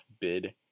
bid